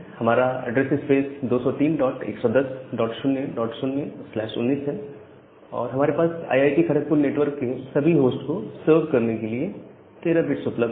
हमारा address space 2031100019 है और हमारे पास आईआईटी खड़कपुर नेटवर्क के सभी होस्ट को सर्व करने के लिए 13 बिट्स उपलब्ध है